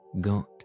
got